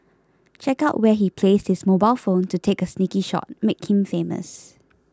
check out where he placed his mobile phone to take a sneaky shot make him famous